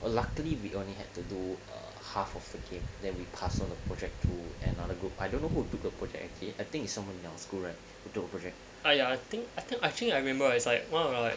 well luckily we only have to do half of the game that we pass on the project to another group I don't know who took a project I think is someone else school right bedok project !aiya! I think I think I think I remember I was like !wow!